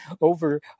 over